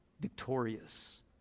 victorious